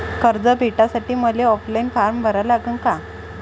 कर्ज भेटासाठी मले ऑफलाईन फारम भरा लागन का?